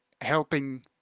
helping